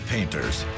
Painters